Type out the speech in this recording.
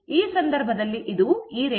ಈ ಸಂದರ್ಭದಲ್ಲಿ ಇದು ಈ ರೇಖಾಚಿತ್ರವಾಗಿದೆ